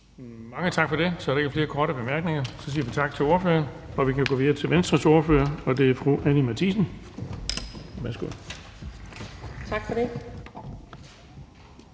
Bonnesen): Så er der ikke flere korte bemærkninger. Tak til ordføreren. Vi kan gå videre til Venstres ordfører, og det er fru Anni Matthiesen. Værsgo. Kl.